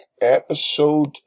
episode